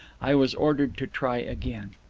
i was ordered to try again.